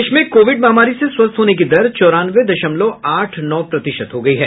देश में कोविड महामारी से स्वस्थ होने की दर चौरानवे दशमलव आठ नौ प्रतिशत हो गई है